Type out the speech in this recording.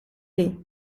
lee